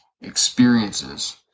experiences